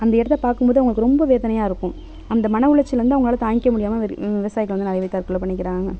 அந்த இடத்த பார்க்கும்போது அவங்களுக்கு ரொம்ப வேதனையாக இருக்கும் அந்த மன உளைச்சலை வந்து அவங்களால தாங்கிக்க முடியாமல் விவசாயிகள் வந்து நிறையாவே தற்கொலை பண்ணிக்கிறாங்க